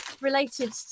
related